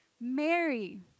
Mary